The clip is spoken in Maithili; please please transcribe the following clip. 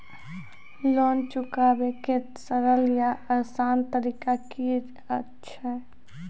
लोन चुकाबै के सरल या आसान तरीका की अछि?